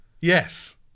Yes